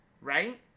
right